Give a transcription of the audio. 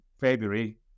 February